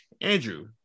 Andrew